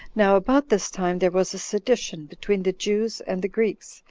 now about this time there was a sedition between the jews and the greeks,